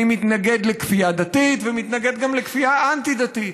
אני מתנגד לכפייה דתית ומתנגד גם לכפייה אנטי-דתית,